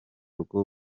rwo